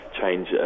change